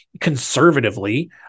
conservatively